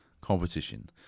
competition